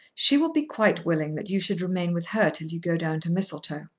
she will be quite willing that you should remain with her till you go down to mistletoe.